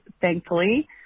thankfully